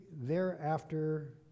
thereafter